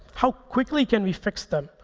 how quickly can we fix them,